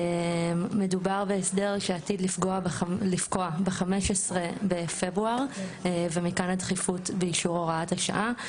מדובר בהסדר שעתיד לפקוע ב-15 בפברואר ומכאן הדחיפות באישור הוראת השעה.